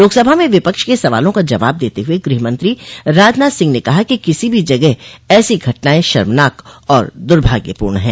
लोकसभा में विपक्ष के सवालों का जवाब देते हुए गृहमंत्री राजनाथ सिंह ने कहा कि किसी भी जगह ऐसी घटनाएं शर्मनाक और दुर्भाग्यपूर्ण है